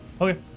Okay